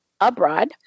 Abroad